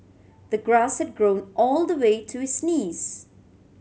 the grass had grown all the way to his knees